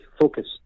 focus